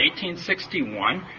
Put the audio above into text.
1861